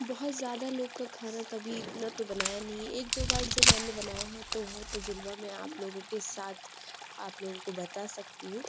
بہت زیادہ لوگ کا کھانا کبھی اتنا تو بنایا نہیں ہے ایک دو بار جو میں نے بنایا ہے تو وہ تجربہ میں آپ لوگوں کے ساتھ آپ لوگوں کو بتا سکتی ہوں